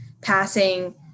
passing